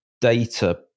data